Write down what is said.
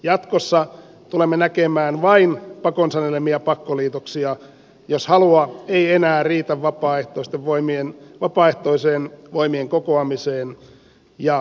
jatkossa tulemme näkemään vain pakon sanelemia pakkoliitoksia jos halua ei enää riitä vapaaehtoiseen voimien kokoamiseen ja kasvattamiseen